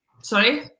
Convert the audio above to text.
Sorry